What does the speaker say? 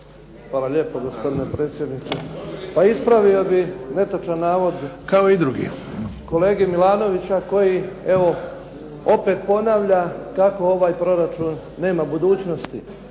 Hvala lijepo gospodine predsjedniče. Pa ispravio bih netočan navod kolega Milanovića koji evo opet ponavlja kako ovaj proračun nema budućnosti.